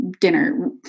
dinner